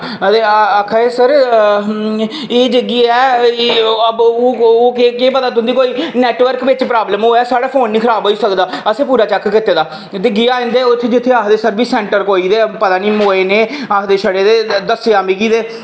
ते आक्खा दे सर एह् जेह्की ऐ केह् पता ओह् तुंदे कोल नेटवर्क बिच प्रॉब्लम होऐ साढ़ा फोन निं खराब होई सकदा असें पूरा चैक कीते दा ते गेआ उत्थै जित्थै आक्खदे इंदा सर्विस सेंटर कोई पता निं मोए नै आखदे ठड़े ते दस्सेआ मिगी